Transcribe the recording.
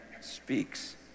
speaks